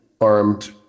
armed